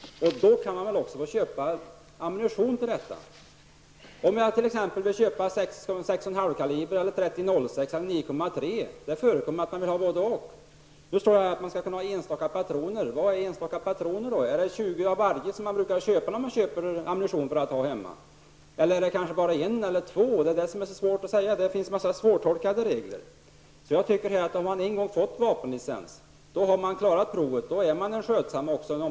Och då kan man väl också få köpa ammunition. och -- hur gör jag då? Jag förstår att man får ha enstaka patroner. Men vad är enstaka patroner? Är det 20 av varje som man brukar köpa när man köper ammunition för att ha hemma, eller är det kanske bara en eller två? Detta är svårt att säga. Det finns en massa svårtolkade regler. Jag tycker att om man en gång har fått vapenlicens, då har man klarat provet. Då är man en skötsam person.